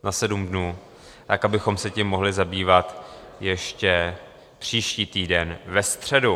Na 7 dnů, abychom se tím mohli zabývat ještě příští týden ve středu.